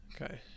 Okay